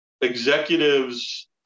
executives